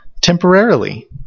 temporarily